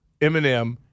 Eminem